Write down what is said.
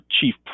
chief